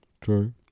True